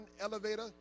elevator